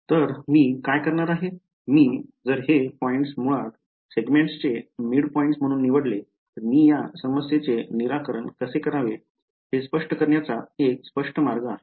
तर मी काय करणार आहे जर मी हे पॉईंट्स मुळात सेगमेंटसचे मिडपॉइंट्स म्हणून निवडले तर मी या समस्येचे निराकरण कसे करावे हे स्पष्ट करण्याचा एक स्पष्ट मार्ग आहे